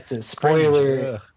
Spoiler